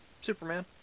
Superman